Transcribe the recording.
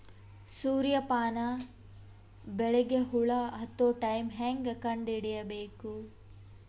ಸೂರ್ಯ ಪಾನ ಬೆಳಿಗ ಹುಳ ಹತ್ತೊ ಟೈಮ ಹೇಂಗ ಕಂಡ ಹಿಡಿಯಬೇಕು?